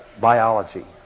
biology